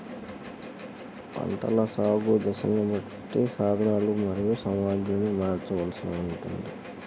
పంటల సాగు దశలను బట్టి సాధనలు మరియు సామాగ్రిని మార్చవలసి ఉంటుందా?